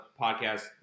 podcast